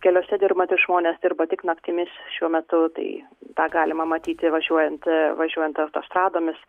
keliuose dirbantys žmonės dirba tik naktimis šiuo metu tai tą galima matyti ir važiuojant važiuojant autostradomis